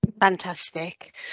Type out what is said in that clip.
Fantastic